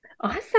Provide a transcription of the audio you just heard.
Awesome